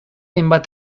hainbat